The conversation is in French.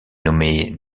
nommé